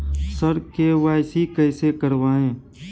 sir KYC कैसे करवाएं